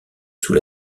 sous